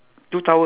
so far got